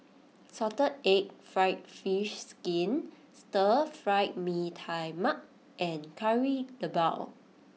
Salted Egg Fried Fish Skin Stir Fried Mee Tai Mak and Kari Debal